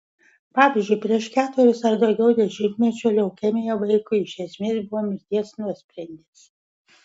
pavyzdžiui prieš keturis ar daugiau dešimtmečių leukemija vaikui iš esmės buvo mirties nuosprendis